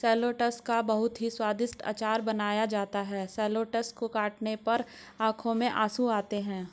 shallots का बहुत ही स्वादिष्ट अचार बनाया जाता है शैलोट्स को काटने पर आंखों में आंसू आते हैं